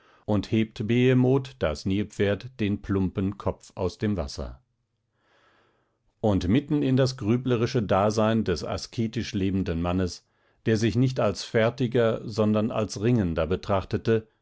und hebt behemoth das nilpferd den plumpen kopf aus dem wasser und mitten in das grüblerische dasein des asketisch lebenden mannes der sich nicht als fertiger sondern als ringender betrachtete